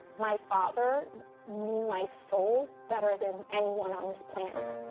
my father knew my soul better than anyone on this planet.